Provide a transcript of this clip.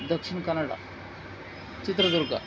Dakshina Kannada Chitradurga